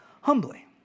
humbly